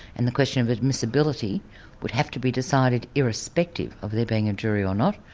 and the question of admissibility would have to be decided irrespective of there being a jury or not,